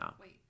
wait